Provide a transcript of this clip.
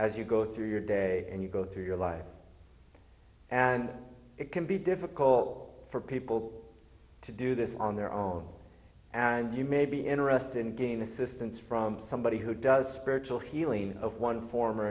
as you go through your day and you go through your life and it can be difficult for people to do this on their own and you may be interested in gain assistance from somebody who does spiritual healing of one form or